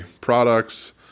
products